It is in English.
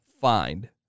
find